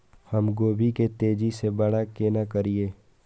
हम गोभी के तेजी से बड़ा केना करिए?